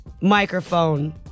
microphone